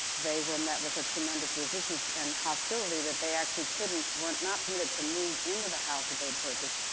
they were met with a tremendous resistance and hostility that they actually couldn't were not permitted to move into the house that they had purchased.